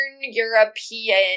european